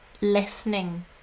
listening